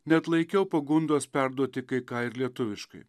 neatlaikiau pagundos perduoti kai ką ir lietuviškai